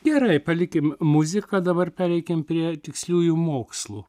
gerai palikim muziką dabar pereikim prie tiksliųjų mokslų